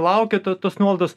laukia tada tos nuolaidos